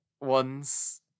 ones